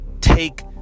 take